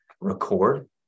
record